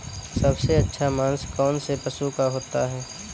सबसे अच्छा मांस कौनसे पशु का होता है?